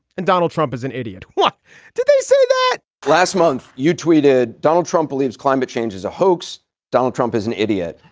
and donald trump is an idiot. what did they say that last month you tweeted donald trump believes climate change is a hoax donald trump is an idiot.